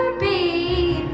be